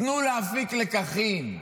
תנו להפיק לקחים,